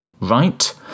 right